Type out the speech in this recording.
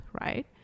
right